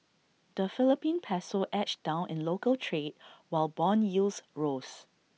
the Philippine Peso edged down in local trade while Bond yields rose